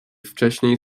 wcześniej